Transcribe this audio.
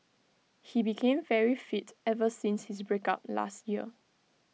he became very fit ever since his break up last year